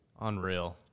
Unreal